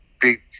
big